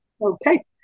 Okay